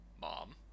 mom